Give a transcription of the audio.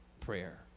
prayer